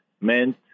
meant